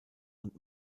und